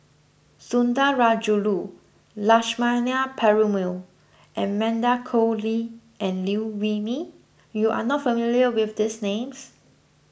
Sundarajulu Lakshmana Perumal Amanda Koe Lee and Liew Wee Mee you are not familiar with these names